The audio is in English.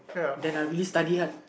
then I'll really study hard